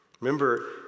Remember